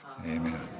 Amen